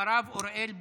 אחריו, אוריאל בוסו.